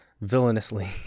villainously